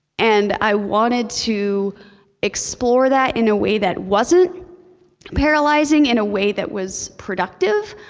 and i wanted to explore that in a way that wasn't paralyzing, in a way that was productive,